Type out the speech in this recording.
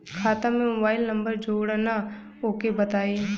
खाता में mobile number जोड़ना ओके बताई?